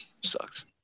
Sucks